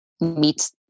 meets